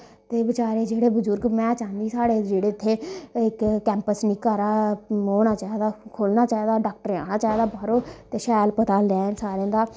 ते बचारे जेह्ड़े बजुर्ग में चाह्न्नीं साढ़े जेह्ड़े इत्थें कैंपस निक्का हारा होना चाहिदा खुल्लना चाहिदा डाक्टरें आना चाहिदा बाहरों ते शैल पता लैन सारें दा